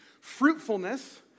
Fruitfulness